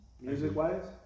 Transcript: music-wise